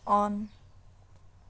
on